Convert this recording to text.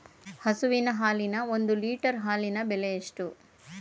ಹಸುವಿನ ಹಾಲಿನ ಒಂದು ಲೀಟರ್ ಹಾಲಿನ ಬೆಲೆ ಎಷ್ಟು?